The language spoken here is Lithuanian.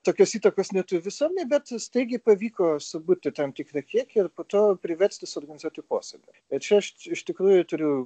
tokios įtakos neturiu visuomenėj bet staigiai pavyko suburti tam tikrą kiekį ir po to priversti suorganizuoti posėdį ir čia aš iš tikrųjų turiu